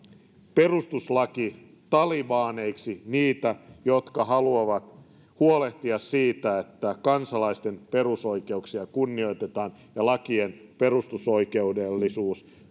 perustuslakitalebaneiksi niitä jotka haluavat huolehtia siitä että kansalaisten perusoikeuksia kunnioitetaan ja lakien perustuslaillisuus